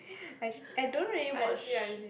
actually I don't really watch